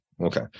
Okay